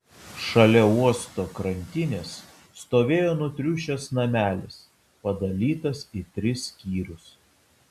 šalia uosto krantinės stovėjo nutriušęs namelis padalytas į tris skyrius